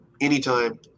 anytime